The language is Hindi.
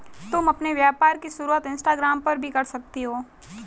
तुम अपने व्यापार की शुरुआत इंस्टाग्राम पर भी कर सकती हो